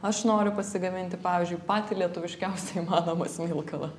aš noriu pasigaminti pavyzdžiui patį lietuviškiausią įmanomą smilkalą